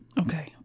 Okay